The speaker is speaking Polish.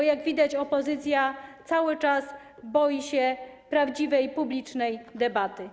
Bo jak widać opozycja cały czas boi się prawdziwej, publicznej debaty.